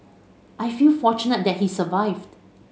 I feel fortunate that he survived